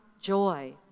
joy